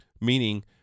Meaning